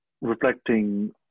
reflecting